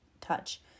touch